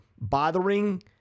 bothering